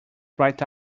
write